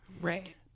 Right